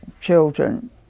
children